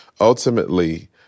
ultimately